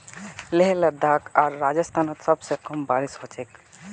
लेह लद्दाख आर राजस्थानत सबस कम बारिश ह छेक